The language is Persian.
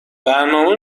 برنامه